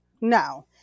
No